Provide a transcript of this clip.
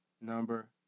number